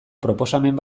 proposamen